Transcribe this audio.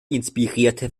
inspirierte